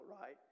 right